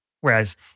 Whereas